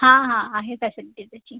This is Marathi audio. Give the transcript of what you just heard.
हां हां आहे त्या त्याची